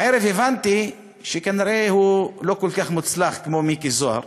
בערב הבנתי שכנראה הוא לא כל כך מוצלח כמו מיקי זוהר,